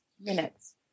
minutes